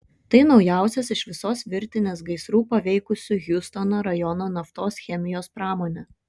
tai naujausias iš visos virtinės gaisrų paveikusių hjustono rajono naftos chemijos pramonę